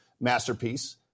masterpiece